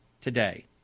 today